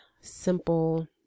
simple